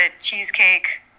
cheesecake